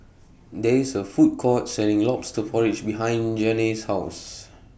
There IS A Food Court Selling Lobster Porridge behind Janae's House